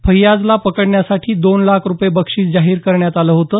फैयाजला पकडण्यासाठी दोन लाख रुपये बक्षीस जाहीर करण्यात आलं होतं